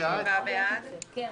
הצבעה אושר.